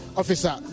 officer